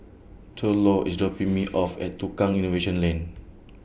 Thurlow IS dropping Me off At Tukang Innovation Lane